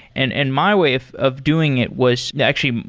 and and my way of of doing it was actually,